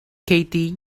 katie